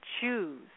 choose